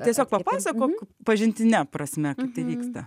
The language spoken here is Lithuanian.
tiesiog papasakok pažintine prasme kaip tai vyksta